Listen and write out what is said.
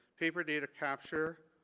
paper data capture,